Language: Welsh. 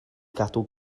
gadw